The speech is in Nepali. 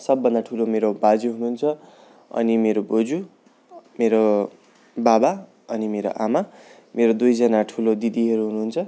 सबभन्दा ठुलो मेरो बाजे हुनुहुन्छ अनि मेरो बोजू मेरो बाबा अनि मेरो आमा मेरो दुईजना ठुलो दिदीहरू हुनुहुन्छ